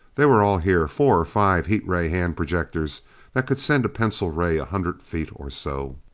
they were all here four or five heat ray hand projectors that could send a pencil ray a hundred feet or so.